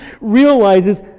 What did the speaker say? realizes